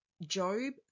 Job